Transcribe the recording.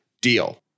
deal